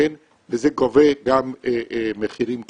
וזה גובה גם מחירים כאלה.